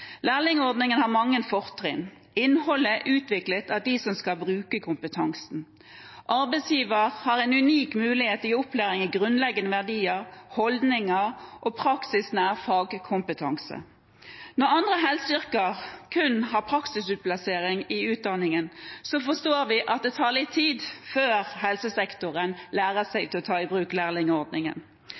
Lærlingordningen har mange fortrinn. Innholdet er utviklet av dem som skal bruke kompetansen. Arbeidsgiver har en unik mulighet til å gi opplæring i grunnleggende verdier, holdninger og praksisnær fagkompetanse. Når andre helseyrker kun har praksisutplassering i utdanningen, forstår vi at det tar litt tid før helsesektoren lærer seg å ta i bruk